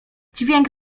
dźwięk